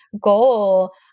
goal